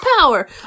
power